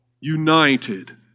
united